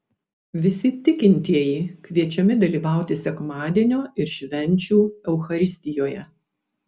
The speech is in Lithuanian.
visi tikintieji kviečiami dalyvauti sekmadienio ir švenčių eucharistijoje